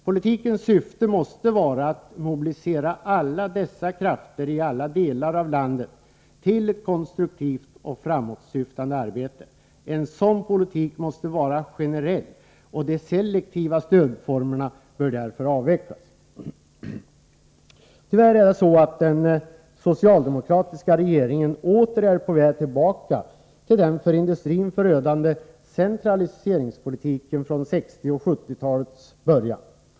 Politikens syfte måste vara att mobilisera alla dessa krafter i alla delar av landet till ett konstruktivt och framåtsyftande arbete. En sådan politik måste vara generell. De selektiva stödformerna bör därför avvecklas. Tyvärr är det så, att den socialdemokratiska regeringen åter är på väg tillbaka till den för industrin förödande centraliseringspolitiken från 1960 talet och 1970-talets början.